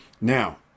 now